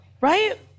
Right